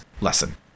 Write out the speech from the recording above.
lesson